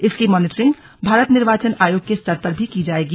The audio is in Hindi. इसकी मानिटरिंग भारत निर्वाचन आयोग के स्तर पर भी की जाएगी